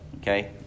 Okay